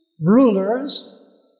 rulers